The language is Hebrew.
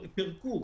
פירקו